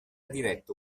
diretto